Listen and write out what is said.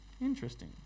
Interesting